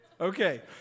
Okay